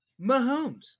Mahomes